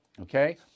okay